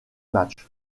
matchs